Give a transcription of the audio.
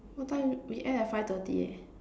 what time we end at five thirty leh